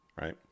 Right